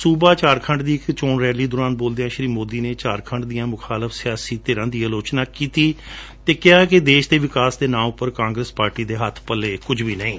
ਸੁਬਾ ਝਾਰਖੰਡ ਦੀ ਇਕ ਚੋਣ ਰੈਲੀ ਦੌਰਾਨ ਬੋਲਦਿਆਂ ਸ਼੍ਰੀ ਮੋਦੀ ਨੇ ਝਾਰਖੰਡ ਦੀਆਂ ਮੁਖਾਲਫ ਸਿਆਸੀ ਧਿਰਾਂ ਦੀ ਅਲੋਚਨਾ ਕੀਤੀ ਅਤੇ ਕਿਹਾ ਕਿ ਦੇਸ਼ ਦੇ ਵਿਕਾਸ ਦੇ ਨਾਂ ਤੇ ਕਾਂਗਰਸ ਪਾਰਟੀ ਦੇ ਹੱਬ ਪੱਲੇ ਕੁਝ ਵੀ ਨਹੀ